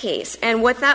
case and what that